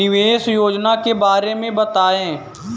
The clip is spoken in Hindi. निवेश योजना के बारे में बताएँ?